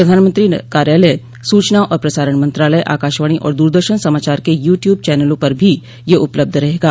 प्रधानमंत्री कार्यालय सूचना और प्रसारण मंत्रालय आकाशवाणी और दूरदर्शन समाचार के यू ट्यूब चनलों पर भी यह उपलब्ध रहेगा